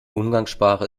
umgangssprache